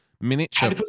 miniature